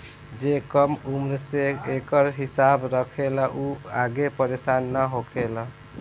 जे कम उम्र से एकर हिसाब रखेला उ आगे परेसान ना होखेला